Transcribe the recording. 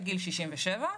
לגיל 67,